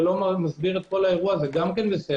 ולא מסביר את כל האירוע זה גם בסדר.